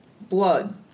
blood